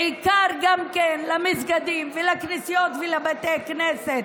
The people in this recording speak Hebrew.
בעיקר גם כן למסגדים, ולכנסיות ולבתי כנסת.